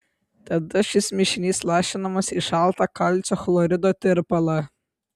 tada šis mišinys lašinamas į šaltą kalcio chlorido tirpalą